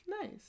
Nice